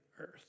earth